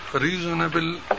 reasonable